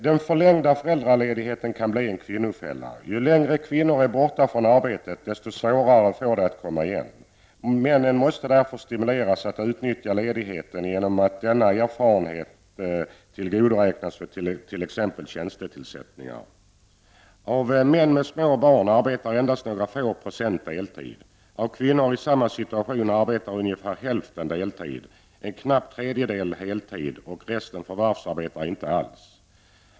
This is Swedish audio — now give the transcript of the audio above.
Den förlängda föräldraledigheten kan bli en kvinnofälla. Ju längre kvinnor är borta från arbetet, desto svårare får de att komma igen. Män måste därför stimuleras att utnyttja ledigheten genom att denna erfarenhet tillgodoräknas vid t.ex. tjänstetillsättningar. Av män med små barn arbetar endast några få procent på deltid. Av kvinnor i samma situation arbetar ungefär hälften deltid, en knapp tredjedel arbetar heltid och resten förvärvsarbetar inte alls.